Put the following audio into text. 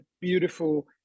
beautiful